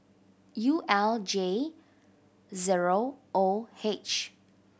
U L J zero O H